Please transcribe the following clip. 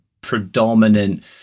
predominant